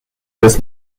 des